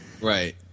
Right